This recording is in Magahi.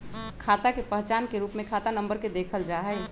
खाता के पहचान के रूप में खाता नम्बर के देखल जा हई